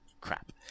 crap